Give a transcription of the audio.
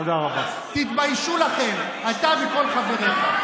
תתביישו לכם, אתה וכל חבריך.